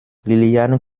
liliane